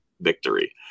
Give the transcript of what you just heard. victory